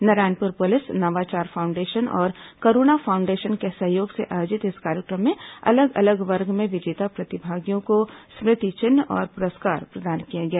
Narayanpur police Navsanchar foundation और Karuna foundation के सहयोग से आयोजित इस कार्यक्रम में अलग अलग वर्ग में विजेता प्रतिभागियों को स्मृति चिन्ह और पुरस्कार प्रदान किए गए